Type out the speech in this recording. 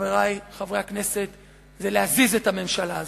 חברי חברי הכנסת, להזיז את הממשלה הזאת.